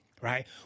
Right